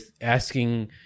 asking